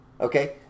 Okay